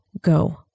go